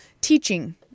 teaching